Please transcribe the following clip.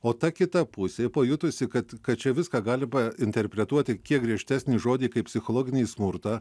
o ta kita pusė pajutusi kad kad čia viską galima interpretuoti kiek griežtesnį žodį kaip psichologinį smurtą